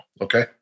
Okay